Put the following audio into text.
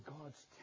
God's